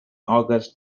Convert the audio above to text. august